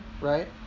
right